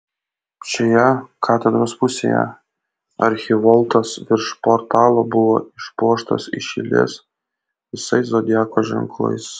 šioje katedros pusėje archivoltas virš portalo buvo išpuoštas iš eilės visais zodiako ženklais